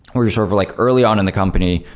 or just over like early on in the company,